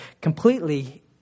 completely